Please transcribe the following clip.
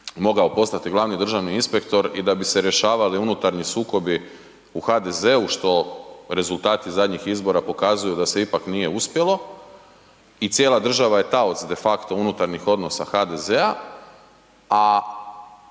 mogao postati glavni državni inspektor i da se rješavali unutarnji sukobi u HDZ-u što rezultati zadnjih izbora pokazuju da se ipak nije uspjelo i cijela država je taoc de facti unutarnjih odnosa HDZ-a a